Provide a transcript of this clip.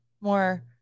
more